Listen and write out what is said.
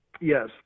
Yes